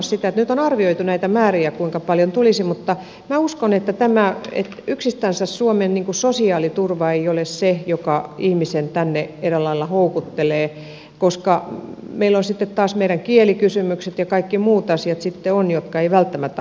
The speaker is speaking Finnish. nyt on arvioitu näitä määriä kuinka paljon tulisi mutta minä uskon että yksistänsä suomen sosiaaliturva ei ole se joka ihmisen tänne eräällä lailla houkuttelee koska meillä on sitten taas meidän kielikysymykset ja kaikki muut asiat sitten jotka eivät välttämättä houkuttele